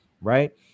right